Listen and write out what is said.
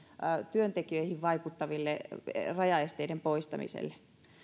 työntekijöihin vaikuttavien rajaesteiden poistamiseksi